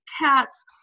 cats